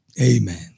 Amen